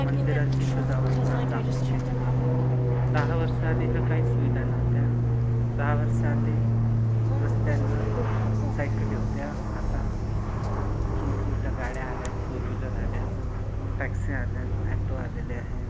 मंदिरांची सजावट फार चांगली केलेली आहे दहा वर्षं आधी ह्या काहीच सुविधा नव्हत्या दहा वर्षं आधी रस्त्यांवर सायकली होत्या आता मोठमोठ्या गाड्या आल्यात फोरविलर आल्यात टॅक्सी आल्यात अॅटो आलेले आहेत